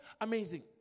amazing